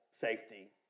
safety